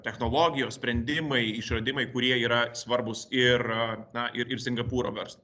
technologijos sprendimai išradimai kurie yra svarbūs ir na ir ir singapūro verslui